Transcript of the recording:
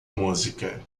música